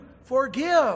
forgive